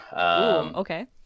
Okay